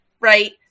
right